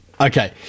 Okay